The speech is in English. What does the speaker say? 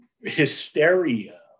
hysteria